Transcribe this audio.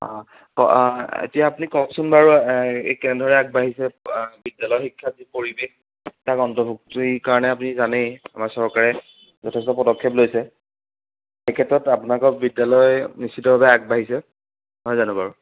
অঁ ক এতিয়া আপুনি কওকচোন বাৰু এই কেনেদৰে আগবাঢ়িছে বিদ্যালয় শিক্ষা যি পৰিৱেশ তাক অন্তৰ্ভুক্তিৰ কাৰণে আপুনি জানেই আমাৰ চৰকাৰে যথেষ্ট পদক্ষেপ লৈছে সেই ক্ষেত্ৰত আপোনাকৰ বিদ্যালয় নিশ্চিতভাৱে আগবাঢ়িছে নহয় জানো বাৰু